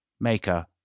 maker